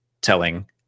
telling